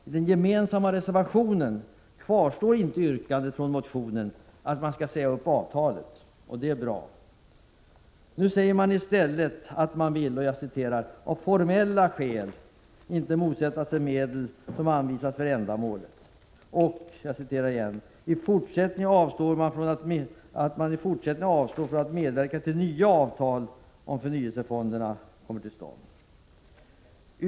I den gemensamma reservationen kvarstår inte motionsyrkandet om att man skall säga upp avtalet, och det är bra. Nu säger man i stället att man ”av formella skäl” inte vill motsätta sig att medel anvisas för ändamålet och att man ”i fortsättningen avstår från att medverka till att nya avtal om förnyelsefonder kommer till stånd”.